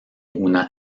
una